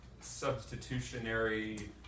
substitutionary